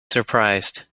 surprised